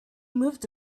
moved